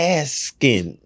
asking